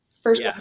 first